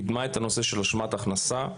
קידמה את הנושא של הבטחת הכנסה,